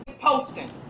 Posting